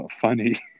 funny